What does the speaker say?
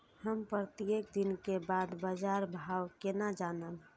हम प्रत्येक दिन के बाद बाजार भाव केना जानब?